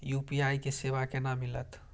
UPI के सेवा केना मिलत?